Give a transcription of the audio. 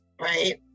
Right